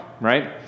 right